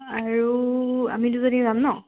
আৰু আমি দুজনী যাম ন